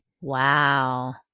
Wow